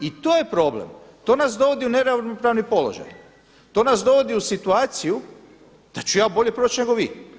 I to je problem, to nas dovodi u neravnopravni položaj, to nas dovodi u situaciju da ću ja bolje proć nego vi.